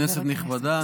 כנסת נכבדה,